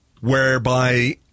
whereby